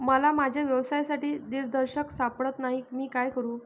मला माझ्या व्यवसायासाठी दिग्दर्शक सापडत नाही मी काय करू?